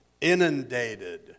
inundated